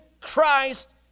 Christ